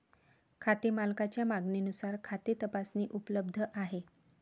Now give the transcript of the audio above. खाते मालकाच्या मागणीनुसार खाते तपासणी उपलब्ध आहे